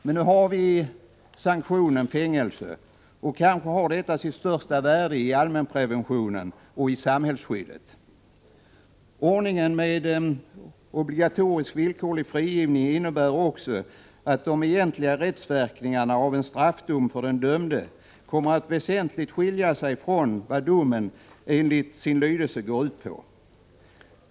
Men nu har vi fängelsestraff, och det kanske har sitt största värde i allmänpreventionen och i samhällsskyddet. Ordningen med obligatorisk villkorlig frigivning innebär också att de egentliga rättsverkningarna av en straffdom för den dömde kommer att väsentligt skilja sig från vad domen enligt sin lydelse går ut på.